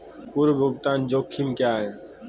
पूर्व भुगतान जोखिम क्या हैं?